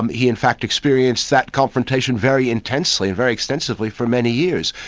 um he in fact experienced that confrontation very intensely and very extensively for many years.